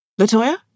Latoya